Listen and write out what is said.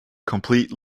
complete